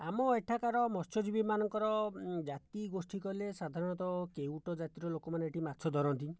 ଆମ ଏଠାକାର ମତ୍ସ୍ୟଜୀବିମାନଙ୍କର ଜାତି ଗୋଷ୍ଠୀ କହିଲେ ସାଧାରଣତଃ କେଉଟ ଜାତିର ଲୋକମାନେ ଏଠି ମାଛ ଧରନ୍ତି